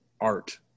art